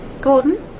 Gordon